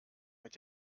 mit